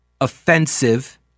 offensive